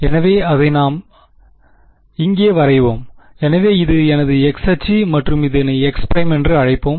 எனவே அதை நாம் அதை இங்கே வரைவோம் எனவே இது எனது x அச்சு மற்றும் இதை x′ என்று அழைப்போம்